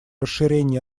расширение